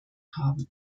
haben